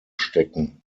stecken